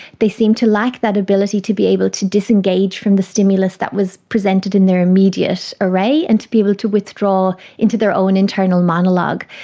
they seemed to lack that ability to be able to disengage from the stimulus that was presented in their immediate array and to be able to withdraw into their own internal monologue.